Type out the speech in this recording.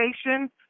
station